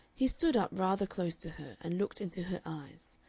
he stood up rather close to her and looked into her eyes.